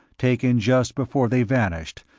taken just before they vanished,